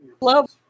Love